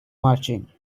marching